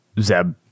Zeb